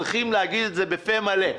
צריכים להגיד את זה בפה מלא.